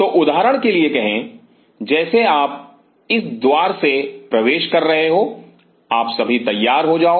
तो उदाहरण के लिए कहे जैसे आप इस द्वार से प्रवेश कर रहे हो आप सभी तैयार हो जाओ